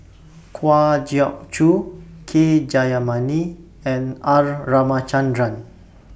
Kwa Geok Choo K Jayamani and R Ramachandran